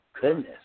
goodness